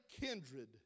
kindred